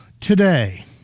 today